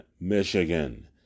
Michigan